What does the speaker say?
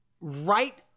right